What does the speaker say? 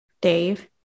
Dave